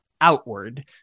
outward